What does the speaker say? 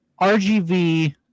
RGV